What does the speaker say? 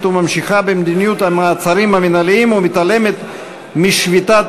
וממשיכה את מדיניות המעצרים המינהליים ומתעלמת משביתת